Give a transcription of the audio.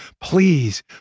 please